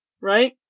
right